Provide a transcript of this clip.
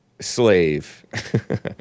slave